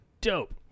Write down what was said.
dope